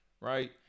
right